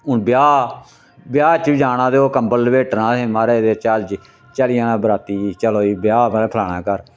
हून ब्याह् ब्याह् च जाना ते ओह् कम्बल लपेटना महाराज ते चल जी चली जाना बराती चलो जी ब्याह् बे फलाने घर